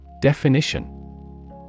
Definition